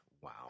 Wow